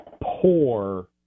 poor